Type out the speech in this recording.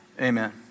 Amen